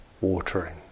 watering